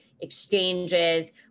exchanges